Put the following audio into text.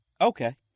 Okay